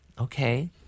Okay